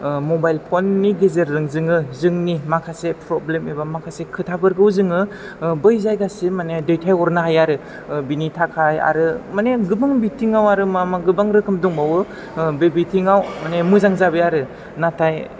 mobile फननि गेजेरजों जोङो जोंनि माखासे प्रब्लेम एबा माखासे खोथाफोरखौ जोङो बै जायगासिम दैथायहरनो हायो आरो बेनि थाखाय माने गोबां बिथिङाव आरो मा मा गोबां रोखोम दंबावो बे बिथिङाव माने मोजां जाबाय आरो नाथाय